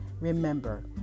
Remember